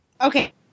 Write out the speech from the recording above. Okay